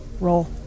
roll